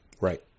Right